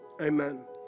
Amen